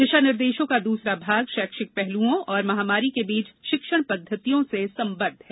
दिशा निर्देशों का दूसरा भाग शैक्षिक पहलुओं और महामारी के बीच शिक्षण पद्धतियों से संबद्ध है